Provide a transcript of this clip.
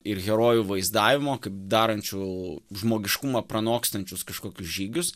ir herojų vaizdavimo darančių žmogiškumą pranokstančius kažkokius žygius